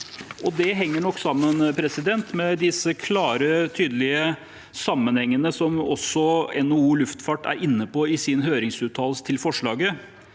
Det henger nok sammen med disse klare og tydelige sammenhengene, som også NHO Luftfart er inne på i sin høringsuttalelse til forslaget,